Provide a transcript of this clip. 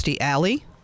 Alley